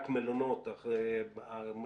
רק המלונות בישראל,